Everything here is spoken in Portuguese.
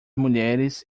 mulheres